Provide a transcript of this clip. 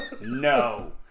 no